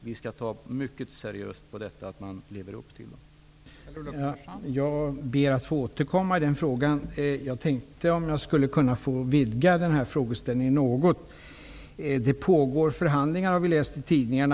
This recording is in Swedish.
Vi tar mycket seriöst på föresatsen att leva upp till detta.